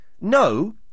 No